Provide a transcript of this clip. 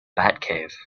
batcave